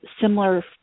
similar